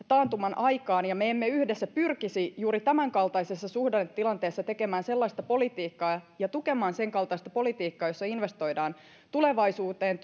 taantuman aikaan ja me emme yhdessä pyrkisi juuri tämänkaltaisessa suhdannetilanteessa tekemään sellaista politiikkaa ja tukemaan senkaltaista politiikkaa jossa investoidaan tulevaisuuteen